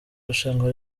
rushanwa